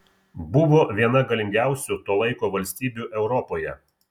buvo viena galingiausių to laiko valstybių europoje